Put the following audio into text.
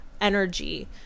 energy